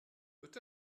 peut